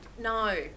No